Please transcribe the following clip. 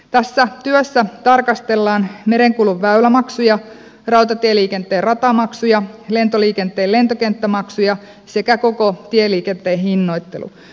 tässä työssä tarkastellaan merenkulun väylämaksuja rautatieliikenteen ratamaksuja lentoliikenteen lentokenttämaksuja sekä koko tieliikenteen hinnoittelua